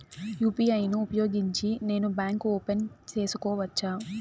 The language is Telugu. యు.పి.ఐ ను ఉపయోగించి నేను బ్యాంకు ఓపెన్ సేసుకోవచ్చా?